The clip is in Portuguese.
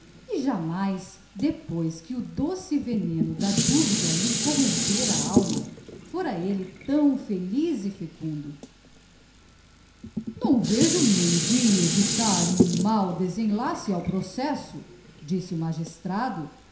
jamais depois que o doce veneno da duvida lhe corrompera a alma fora elle tão feliz e fecundo não vejo meio de evitar um máo desenlace ao processo disse o magistrado